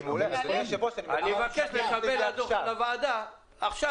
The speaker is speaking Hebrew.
אדוני היושב-ראש --- אני מבקש לקבל --- הוועדה עכשיו,